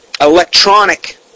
electronic